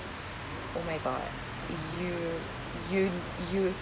oh my god you you you